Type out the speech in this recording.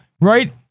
right